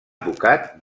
advocat